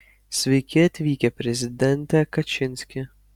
sveiki atvykę prezidente kačinski